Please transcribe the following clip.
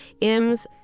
IMS